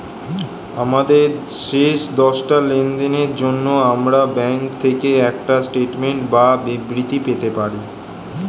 আমাদের শেষ দশটা লেনদেনের জন্য আমরা ব্যাংক থেকে একটা স্টেটমেন্ট বা বিবৃতি পেতে পারি